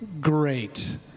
Great